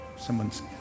Someone's